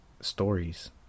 stories